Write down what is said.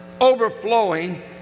overflowing